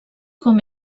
com